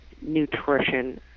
nutrition